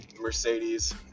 Mercedes